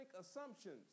assumptions